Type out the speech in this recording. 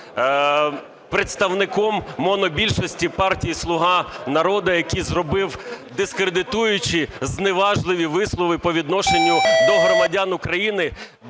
представником монобільшості партії "Слуга народу", який зробив дискредитуючі зневажливі вислови по відношенню до громадян України,